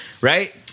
right